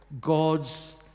God's